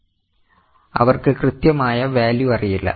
അവർക്ക് കൃത്യമായ വാല്യൂ അറിയില്ല